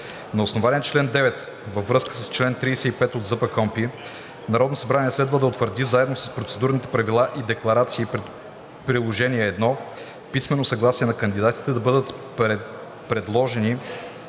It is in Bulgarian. На основание чл. 9 във връзка с чл. 35 от ЗПКОНПИ Народното събрание следва да утвърди заедно с процедурните правила и декларации: Приложение № 1 – Писмено съгласие на кандидата да бъде предложен